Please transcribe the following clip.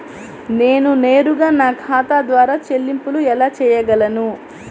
నేను నేరుగా నా ఖాతా ద్వారా చెల్లింపులు ఎలా చేయగలను?